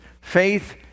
Faith